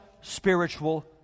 spiritual